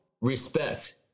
Respect